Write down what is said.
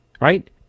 right